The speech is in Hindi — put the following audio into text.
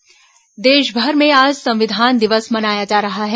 संविधान दिवस देशभर में आज संविधान दिवस मनाया जा रहा है